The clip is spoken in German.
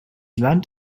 land